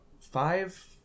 five